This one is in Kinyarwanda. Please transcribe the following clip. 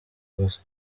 gusa